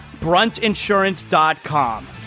BruntInsurance.com